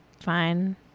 Fine